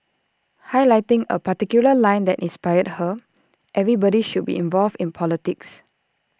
highlighting A particular line that inspired her everybody should be involved in politics